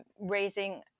raising